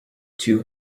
two